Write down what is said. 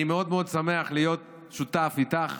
אני מאוד מאוד שמח להיות שותף, איתך,